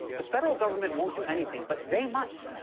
the federal government won't do anything, but they might.